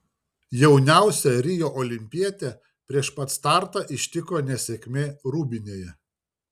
jauniausią rio olimpietę prieš pat startą ištiko nesėkmė rūbinėje